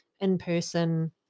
in-person